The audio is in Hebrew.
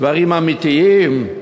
דברים אמיתיים,